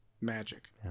Magic